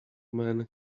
men